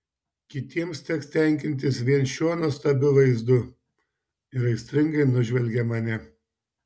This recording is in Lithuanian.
kitiems teks tenkintis vien šiuo nuostabiu vaizdu ir aistringai nužvelgia mane